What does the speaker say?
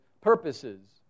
purposes